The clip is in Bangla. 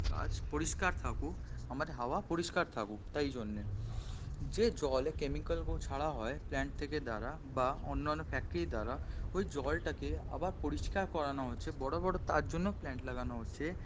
কাজ পরিষ্কার থাকুক আমাদের হাওয়া পরিষ্কার থাকুক তাই জন্য যে জল কেমিক্যাল ছাড়া হয় প্ল্যান্ট থেকে দ্বারা বা অন্যান্য ফ্যাক্টরি দ্বারা ওই জলটাকে আবার পরিষ্কার করানো হচ্ছে বড় বড় তার জন্য প্ল্যান্ট লাগানো হচ্ছে